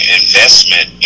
investment